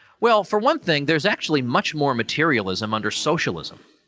well, for one thing there's actually much more materialism under socialism.